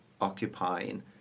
occupying